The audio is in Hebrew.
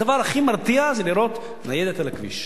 הדבר הכי מרתיע זה לראות ניידת על הכביש.